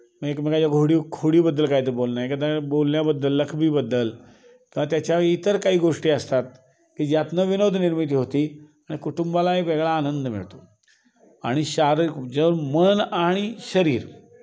मग एकमेकाच्या घोडी खोडीबद्दल कायतरी बोलणं आहे का त्या बोलण्याबद्दल लकबीबद्दल किवा त्याच्या इतर काही गोष्टी असतात की ज्यातनं विनोद निर्मिती होती कुटुंबाला एक वेगळा आनंद मिळतो आणि शारीरिक ज्यावेळी मन आणि शरीर